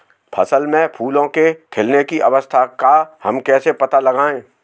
फसल में फूलों के खिलने की अवस्था का हम कैसे पता लगाएं?